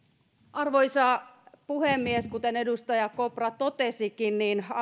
arvoisa puhemies kuten edustaja kopra totesikin